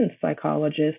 psychologist